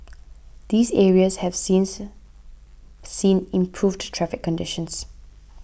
these areas have since seen improved traffic conditions